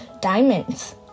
diamonds